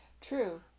True